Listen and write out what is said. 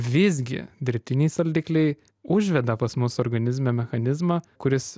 visgi dirbtiniai saldikliai užveda pas mus organizme mechanizmą kuris